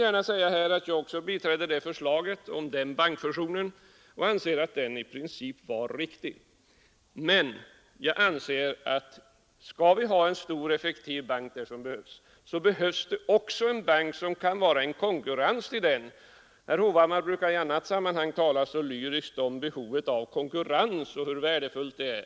Också jag biträdde förslaget om den bankfusionen och anser att den i princip var riktig. Men jag anser även att det, om vi skall ha en sådan stor och effektiv bank, också behövs en bank som kan uppträda som konkurrent till den. Herr Hovhammar brukar i andra sammanhang tala så lyriskt om behovet av konkurrens och om hur värdefull den är.